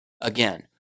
Again